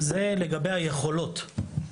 זה לגבי היכולות.